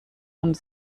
und